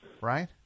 Right